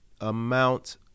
amount